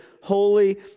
holy